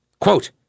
Quote